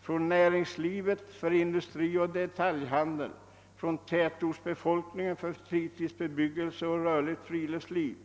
Från näringslivet för industri och detaljhandel, från tätorisbefolkningen för fritidsbebyggelse och rörligt friluftsliv.